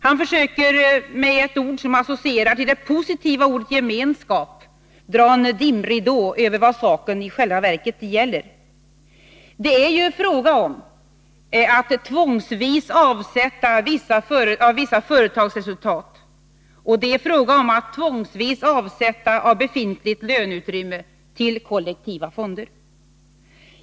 Han försöker att med ett ord som associerar till det positiva ordet gemenskap dra en dimridå över vad saken i själva verket gäller. Det är ju fråga om att tvångsvis avsätta delar av vissa företagsresultat, och det är fråga om att tvångsvis avsätta av befintligt löneutrymme till kollektiva fonder.